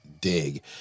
dig